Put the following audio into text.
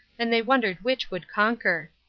and they wondered which would conquer!